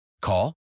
Call